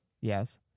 Yes